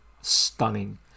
stunning